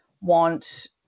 want